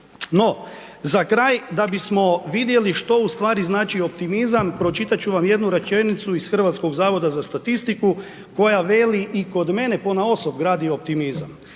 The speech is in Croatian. No, za kraj da bismo vidjeli što u stvari znači optimizam pročitati ću vam jednu rečenicu iz Hrvatskog zavoda za statistiku koja veli i kod mene ponaosob gradi optimizam.